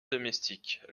domestique